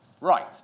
Right